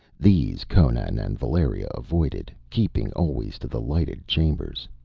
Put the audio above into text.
these conan and valeria avoided, keeping always to the lighted chambers.